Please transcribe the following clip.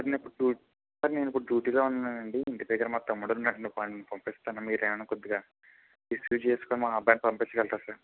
నేను ఇప్పుడు డూ సార్ నేను ఇప్పుడు డ్యూటీలో ఉన్నానండి ఇంటి దగ్గర మా తమ్ముడు ఉన్నాడు వాడిని పంపిస్తాను మీరు ఏమైనా కొద్దిగా రిసీవ్ చేసుకుని మా అబ్బాయిని పంపించగలరా సార్